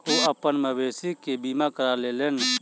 ओ अपन मवेशी के बीमा करा लेलैन